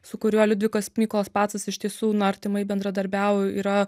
su kuriuo liudvikas mykolas pacas iš tiesų na artimai bendradarbiavo yra